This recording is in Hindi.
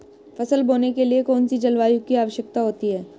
फसल बोने के लिए कौन सी जलवायु की आवश्यकता होती है?